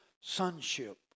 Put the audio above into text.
sonship